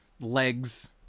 legs